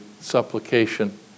supplication